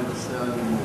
לנושא האלימות.